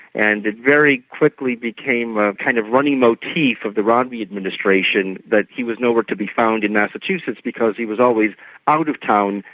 and it very quickly became a kind of running motif of the romney administration that he was nowhere to be found in massachusetts, because he was always out of town,